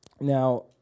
Now